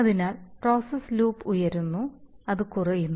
അതിനാൽ process loop ഉയരുന്നു അത് കുറയുന്നു